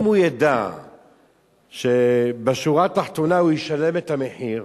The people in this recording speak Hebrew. אם הוא ידע שבשורה התחתונה הוא ישלם את המחיר